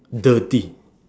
dirty